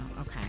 okay